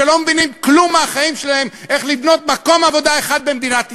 שלא מבינים כלום מהחיים שלהם איך לבנות מקום עבודה אחד במדינת ישראל,